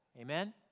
Amen